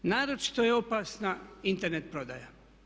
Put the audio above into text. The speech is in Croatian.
Naročito je opasna Internet prodaja.